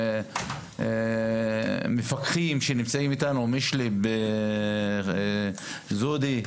מפקחים שנמצאים איתנו, משלב, זעודי.